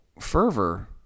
fervor